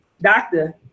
doctor